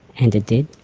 and it did.